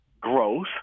growth